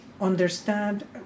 understand